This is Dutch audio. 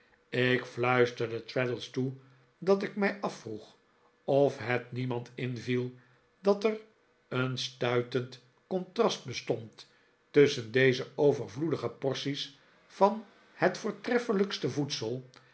ik fluisterde traddles toe dat ik mij afvroeg of het niemand inviel dat er een stuitend contrast bestond tusschen deze overvloedige porties van het voortreffelijkste voedsel